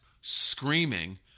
screaming